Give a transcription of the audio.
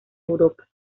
europa